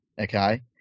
okay